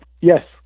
Yes